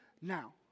now